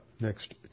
next